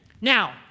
now